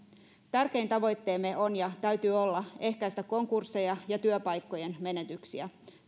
tärkein tavoitteemme on ja täytyy olla ehkäistä konkursseja ja työpaikkojen menetyksiä